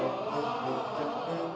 whoa whoa whoa